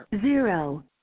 zero